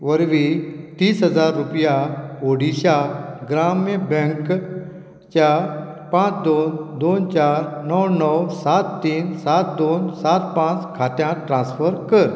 वरवीं तीस हजार रुपया ओडिशा ग्राम्य बँकच्या पांच दोन दोन चार णव णव सात तीन सात दोन सात पांच खात्यांत ट्रान्स्फर कर